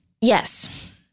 Yes